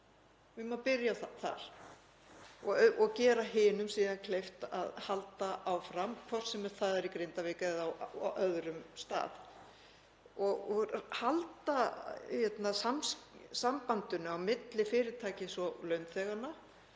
að byrja þar og gera hinum síðan kleift að halda áfram, hvort sem það er í Grindavík eða á öðrum stað, og halda sambandinu á milli fyrirtækis og launþeganna